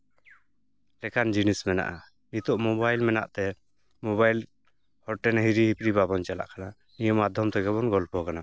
ᱞᱮᱠᱟᱱ ᱡᱤᱱᱤᱥ ᱢᱮᱱᱟᱜᱼᱟ ᱱᱤᱛᱳᱜ ᱢᱳᱵᱟᱭᱤᱞ ᱢᱮᱱᱟᱜ ᱛᱮ ᱢᱳᱵᱟᱭᱤᱞ ᱦᱚᱲᱴᱷᱮᱱ ᱦᱤᱨᱤ ᱦᱤᱯᱤᱨᱤ ᱵᱟᱵᱚᱱ ᱪᱟᱞᱟᱜ ᱠᱟᱱᱟ ᱱᱤᱭᱟᱹ ᱢᱟᱫᱡᱽᱫᱷᱚᱢ ᱛᱮᱜᱮ ᱵᱚᱱ ᱜᱚᱞᱯᱚ ᱠᱟᱱᱟ